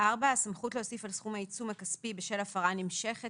הסמכות להוסיף על סכום העיצום הכספי בשל הפרה נמשכת